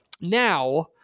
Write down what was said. Now